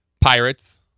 Pirates